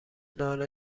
نان